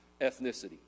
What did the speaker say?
ethnicity